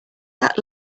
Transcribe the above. that